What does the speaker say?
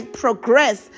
progress